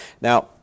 Now